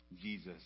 Jesus